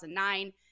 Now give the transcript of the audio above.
2009